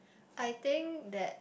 I think that